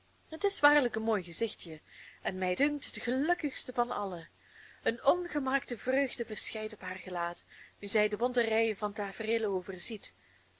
het is waarlijk een mooi gezichtje en mij dunkt het gelukkigste van alle een ongemaakte vreugde verschijnt op haar gelaat nu zij de bonte rijen van tafereelen overziet